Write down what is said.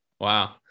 Wow